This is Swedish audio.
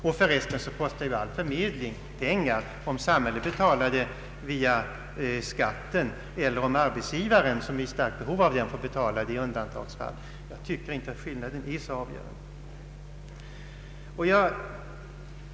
Jag tycker inte att skillnaden är så avgörande mellan det förhållandet att samhället betalar verksamheten via skatterna och den omständigheten att arbetsgivaren, som är i starkt behov av arbetskraft, betalar avgiften i undantagsfall.